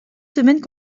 semaines